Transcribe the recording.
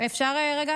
אפשר רגע?